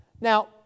Now